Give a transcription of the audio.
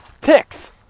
Ticks